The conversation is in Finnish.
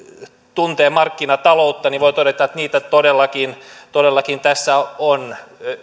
tuntee markkinataloutta voi todeta että niitä todellakin todellakin tässä on